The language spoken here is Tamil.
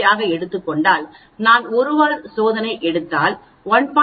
05 ஆக எடுத்துக் கொண்டால் நான் 1 வால் சோதனை எடுத்தால் 1